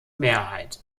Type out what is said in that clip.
mehrheit